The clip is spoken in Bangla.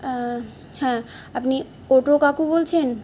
হ্যাঁ আপনি অটো কাকু বলছেন